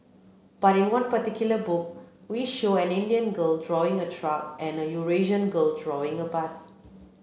but in one particular book we show an Indian girl drawing a truck and a Eurasian girl drawing a bus